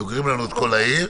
סוגרים לנו את כל העיר,